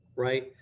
right?